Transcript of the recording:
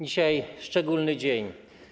Dzisiaj szczególny dzień.